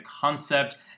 concept